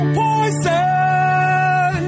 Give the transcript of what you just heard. poison